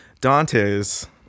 dante's